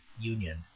union